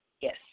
Yes